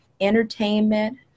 Entertainment